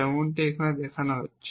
যেমনটি এখানে দেখানো হয়েছে